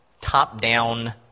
top-down